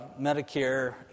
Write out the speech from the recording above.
Medicare